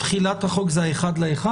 תחילת החוק זה ה-1 בינואר?